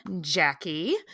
Jackie